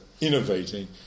innovating